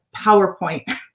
powerpoint